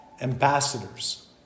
Ambassadors